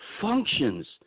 functions